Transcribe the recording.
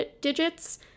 digits